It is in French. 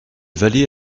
valets